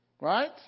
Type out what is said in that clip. Right